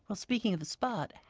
speaking of the spot,